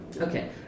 okay